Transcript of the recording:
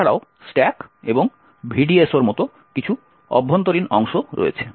এছাড়াও স্ট্যাক এবং VDSO র মত কিছু অভ্যন্তরীণ অংশ রয়েছে